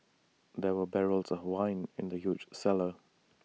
there were barrels of wine in the huge cellar